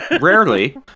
rarely